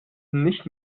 nicht